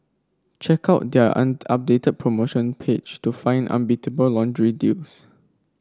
check out their on updated promotion page to find unbeatable laundry deals